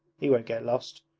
he won't get lost.